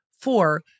Four